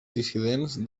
dissidents